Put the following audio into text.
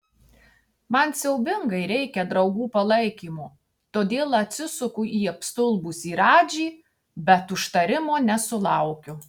man siaubingai reikia draugų palaikymo todėl atsisuku į apstulbusį radžį bet užtarimo nesulaukiu